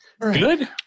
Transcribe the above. good